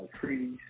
treaties